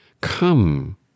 come